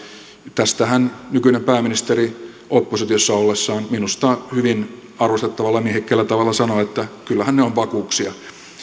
tästähän nykyinen pääministeri oppositiossa ollessaan minusta hyvin arvostettavalla miehekkäällä tavalla sanoi että kyllähän ne ovat vakuuksia